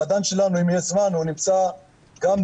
אם יהיה זמן, המדען שלנו גם נמצא בזום,